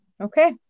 okay